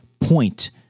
point